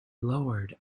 lowered